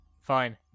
Fine